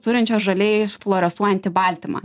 turinčios žaliai fluorescuojantį baltymą